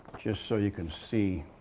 just so you can see,